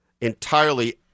entirely